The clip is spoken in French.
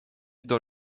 dans